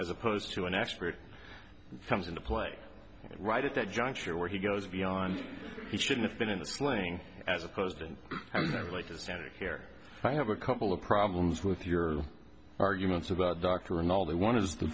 as opposed to an expert comes into play right at that juncture where he goes beyond he should've been in the sling as opposed to like a standard here i have a couple of problems with your arguments about doctor and all they want is t